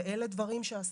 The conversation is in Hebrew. ואלה דברים שעשינו.